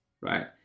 right